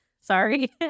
sorry